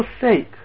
forsake